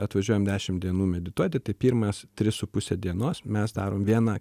atvažiuojame dešim dienų medituoti tai pirmas tris su puse dienos mes darom vieną